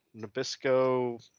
Nabisco